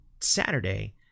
Saturday